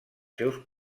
seus